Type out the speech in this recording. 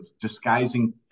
disguising